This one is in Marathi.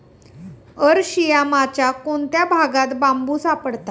अरशियामाच्या कोणत्या भागात बांबू सापडतात?